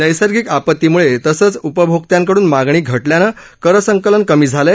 नैसर्गिक आपत्तीमुळे तसंच उपभोक्त्यांकडून मागणी घटल्यानं कर संकलन कमी झालंय